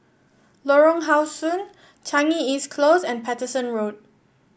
Lorong How Sun Changi East Close and Paterson Road